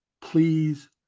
please